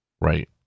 right